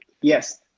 Yes